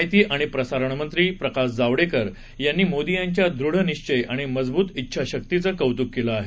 माहिती आणि प्रसारणमंत्री प्रकाश जावडेकर यांनी मोदी यांच्या दृढ निश्चय आणि मजबूत उंछाशक्तीचं कौतुक केलं आहे